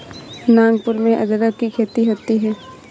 नागपुर में अदरक की खेती होती है